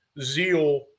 zeal